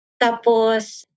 Tapos